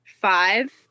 five